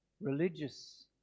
religious